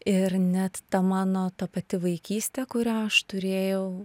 ir net ta mano ta pati vaikystė kurią aš turėjau